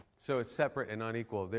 so it's separate and unequal.